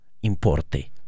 importe